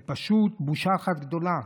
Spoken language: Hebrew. זה פשוט בושה אחת גדולה.